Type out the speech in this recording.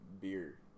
beer